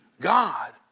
God